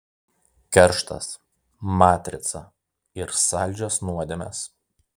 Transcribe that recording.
kerštas matrica ir saldžios nuodėmės